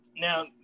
Now